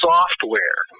Software